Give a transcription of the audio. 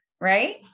right